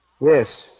Yes